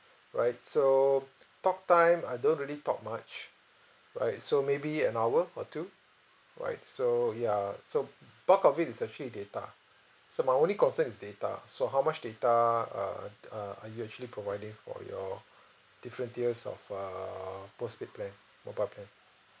right so talk time I don't really talk much right so maybe an hour or two all right so ya uh so bulk of it is actually data so my only concern is data so how much data uh err are you actually providing for your different tiers of err postpaid plan mobile plan